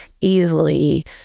easily